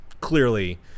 clearly